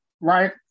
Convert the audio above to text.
right